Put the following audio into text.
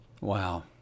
Wow